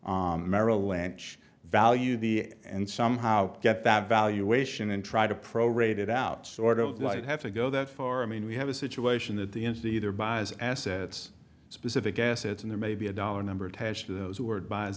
merrill lynch value the and somehow get that valuation and try to prorate it out sort of like have to go that far i mean we have a situation that the n c either buys assets specific assets and there may be a dollar number attached to those w